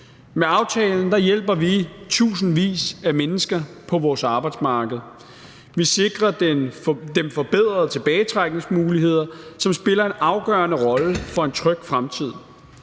Med aftalen hjælper vi tusindvis af mennesker på vores arbejdsmarked. Vi sikrer dem forbedrede tilbagetrækningsmuligheder, som spiller en afgørende rolle for en tryg fremtid.